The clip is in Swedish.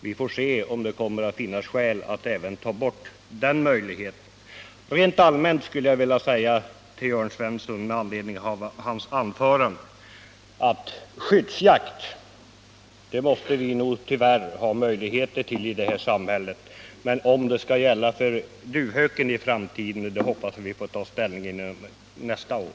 Vi får se om det kommer att finnas skäl att även ta bort den möjligheten. Rent allmänt vill jag säga till Jörn Svensson med anledning av hans anförande att vi nog tyvärr i det här samhället måste ha möjligheter till skyddsjakt. Om den också skall gälla för duvhök hoppas vi kunna ta ställning till nästa år.